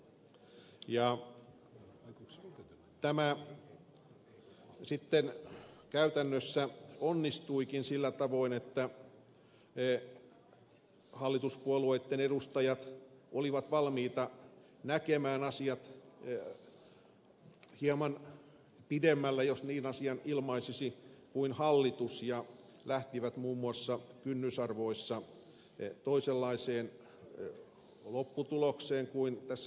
tämä sitten käytännössä onnistuikin sillä tavoin että hallituspuolueitten edustajat olivat valmiita näkemään asiat hieman pidemmälle jos niin asian ilmaisisi kuin hallitus ja lähtivät muun muassa kynnysarvoissa toisenlaiseen lopputulokseen kuin tässä selonteossa